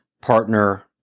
partner